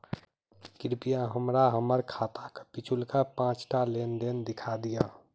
कृपया हमरा हम्मर खाताक पिछुलका पाँचटा लेन देन देखा दियऽ